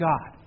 God